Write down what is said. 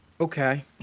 okay